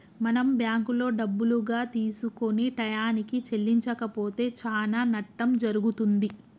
మనం బ్యాంకులో డబ్బులుగా తీసుకొని టయానికి చెల్లించకపోతే చానా నట్టం జరుగుతుంది